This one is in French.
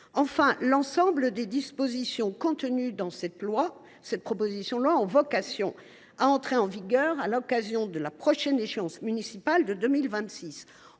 L’ensemble des dispositions contenues dans cette proposition de loi ont vocation à entrer en vigueur à l’occasion de la prochaine échéance municipale de 2026.